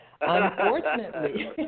Unfortunately